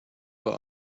but